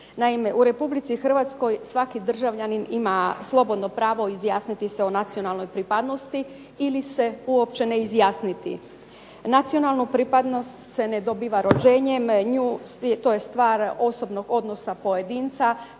Naime, u Republici Hrvatskoj svaki državljanin ima slobodno pravo izjasniti se o nacionalnoj pripadnosti ili se uopće ne izjasniti. Nacionalnu pripadnost se ne dobiva rođenjem, to je stvar osobnog odnosa pojedinca